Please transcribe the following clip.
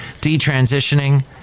Detransitioning